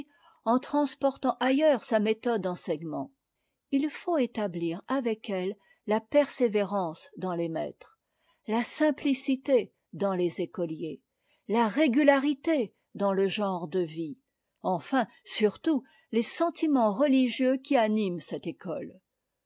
en transportant ailleurs sa méthode d'enseignement il faut établir avec elle la persévérance dans les maires la simplicité dans les écoliers la régularité dans le genre de vie enfin surtout les sentiments religieux qui animent cette école